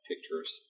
pictures